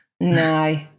No